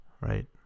right